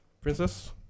princess